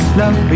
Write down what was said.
love